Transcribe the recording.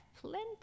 plenty